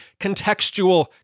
contextual